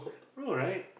no right